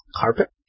Carpet